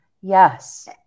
Yes